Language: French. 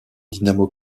dynamo